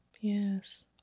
Yes